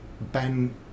Ben